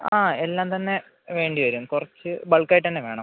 ആ എല്ലാം തന്നെ വേണ്ടി വരും കുറച്ച് ബൾക്ക് ആയിട്ട് തന്നെ വേണം